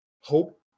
Hope